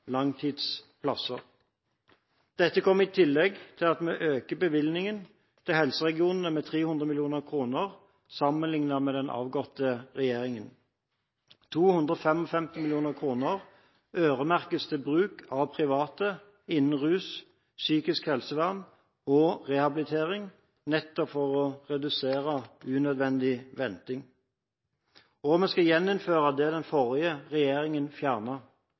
Dette kommer i tillegg til at vi øker bevilgningene til helseregionene med 300 mill. kr sammenlignet med den avgåtte regjeringen. 255 mill. kr øremerkes til bruk av private innen rus, psykisk helsevern og rehabilitering, nettopp for å redusere unødvendig venting. Vi skal også gjeninnføre det den forrige regjeringen